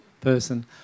person